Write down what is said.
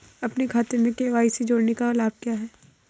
अपने खाते में के.वाई.सी जोड़ने का क्या लाभ है?